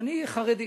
אני חרדי.